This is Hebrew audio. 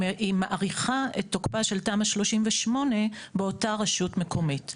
היא מאריכה את תוקפה של תמ"א 38 באותה רשות מקומית,